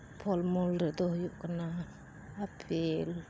ᱯᱷᱚᱞᱼᱢᱩᱞ ᱨᱮᱫᱚ ᱦᱩᱭᱩᱜ ᱠᱟᱱᱟ ᱟᱯᱮᱞ